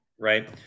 right